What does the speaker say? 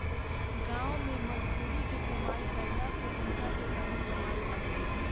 गाँव मे मजदुरी के काम कईला से उनका के तनी कमाई हो जाला